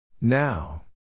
Now